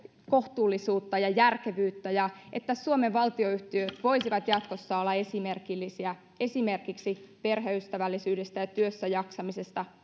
kohtuullisuutta ja järkevyyttä ja että suomen valtionyhtiöt voisivat jatkossa olla esimerkillisiä esimerkiksi perheystävällisyydessä ja työssäjaksamisessa